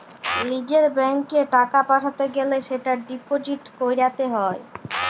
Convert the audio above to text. লিজের ব্যাঙ্কত এ টাকা পাঠাতে গ্যালে সেটা ডিপোজিট ক্যরত হ্য়